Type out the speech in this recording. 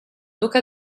duca